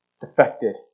defected